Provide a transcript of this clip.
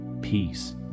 peace